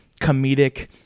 comedic